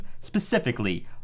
specifically